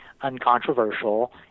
uncontroversial